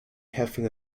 having